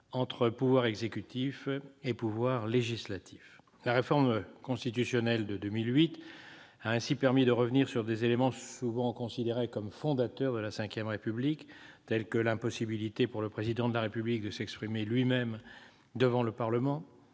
entre le pouvoir exécutif et le pouvoir législatif. La réforme constitutionnelle de 2008 a ainsi permis de revenir sur des éléments souvent considérés comme fondateurs de la V République, tels que l'impossibilité pour le Président de la République de s'exprimer lui-même devant le Parlement,